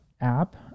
app